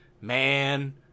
man